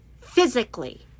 physically